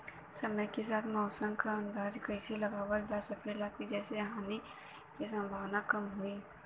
समय के साथ मौसम क अंदाजा कइसे लगावल जा सकेला जेसे हानि के सम्भावना कम हो?